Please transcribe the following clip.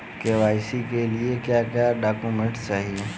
KYC के लिए क्या क्या डॉक्यूमेंट चाहिए?